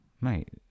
mate